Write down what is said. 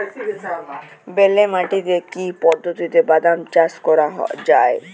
বেলে মাটিতে কি পদ্ধতিতে বাদাম চাষ করা যায়?